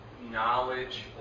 knowledge